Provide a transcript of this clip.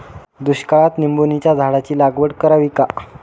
दुष्काळात निंबोणीच्या झाडाची लागवड करावी का?